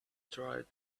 tried